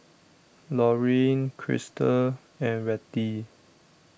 Lorin Christop and Rettie